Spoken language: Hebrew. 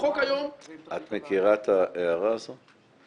שהחוק היום --- את מכירה את ההערה הזו?